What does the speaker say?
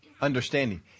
understanding